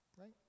right